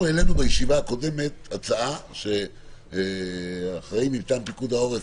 אנחנו העלינו בישיבה הקודמת הצעה שהאחראי מטעם פיקוד העורף